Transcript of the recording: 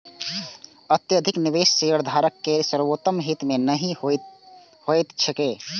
अत्यधिक निवेश शेयरधारक केर सर्वोत्तम हित मे नहि होइत छैक